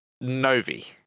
Novi